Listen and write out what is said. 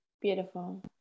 beautiful